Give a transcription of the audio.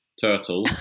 turtle